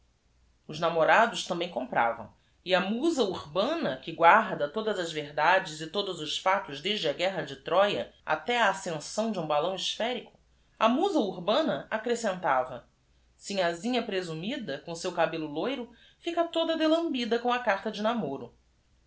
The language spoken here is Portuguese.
s namorados também compravam e a musa urbana que guarda todas as verdades e todos os factos desde a guerra de roya até a ascensão de um balão espherico a musa urbana accrescentava inhasinha presumida om seu cabello loiro ica toda delambida om a carta de namoro